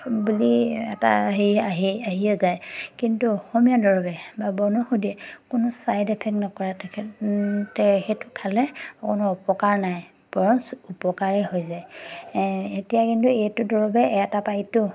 বুলি এটা হেৰি আহি আহিয়ে যায় কিন্তু অসমীয়া দৰবে বা বনৌষধিয়ে কোনো ছাইড এফেক্ট নকৰে তেখেতে সেইটো খালে কোনো অপকাৰ নাই বৰঞ্চ উপকাৰে হৈ যায় এতিয়া কিন্তু এইটো দৰৱে এটা পাৰিতো